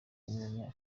umunya